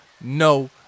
No